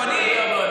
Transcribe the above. לא.